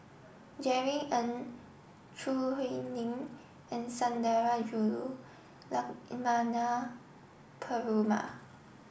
Jerry Ng Choo Hwee Lim and Sundarajulu Lakshmana Perumal